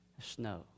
Snow